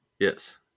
Yes